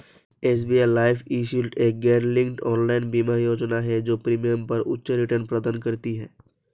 SBI life eShield एक गैरलिंक्ड online बीमा योजना है जो प्रीमियम पर उच्च रिटर्न प्रदान करती है